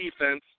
defense